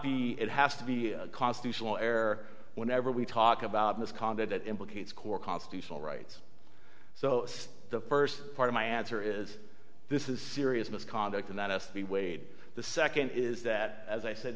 be it has to be constitutional air whenever we talk about misconduct that implicates core constitutional rights so the first part of my answer is this is serious misconduct and that s v wade the second is that as i said